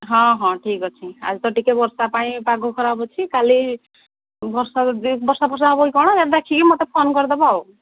ହଁ ହଁ ଠିକ ଅଛି ଆଜି ତ ଟିକେ ବର୍ଷା ପାଇଁ ପାଗ ଖରାପ ଅଛି କାଲି ବର୍ଷା ବି ବର୍ଷା ହବ କି କ'ଣ ଦେଖିକି ମୋତେ ଫୋନ୍ କରିଦେବ ଆଉ